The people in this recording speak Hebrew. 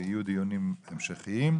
יהיו דיונים המשכיים.